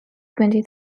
twenty